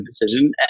decision